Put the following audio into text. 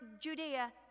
Judea